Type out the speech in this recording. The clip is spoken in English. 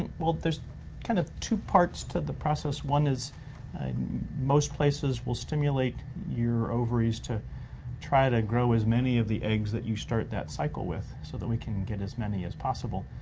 and well there's kinda two parts to the process. one is most places will stimulate your ovaries to try to grow as many of the eggs that you start that cycle with, so that we can get as many as possible.